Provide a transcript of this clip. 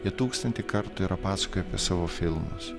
jie tūkstantį kartų yra pasakoję apie savo filmus